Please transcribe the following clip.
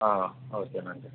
ఓకేనండి